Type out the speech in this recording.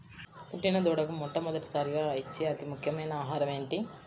పుట్టిన దూడకు మొట్టమొదటిసారిగా ఇచ్చే అతి ముఖ్యమైన ఆహారము ఏంటి?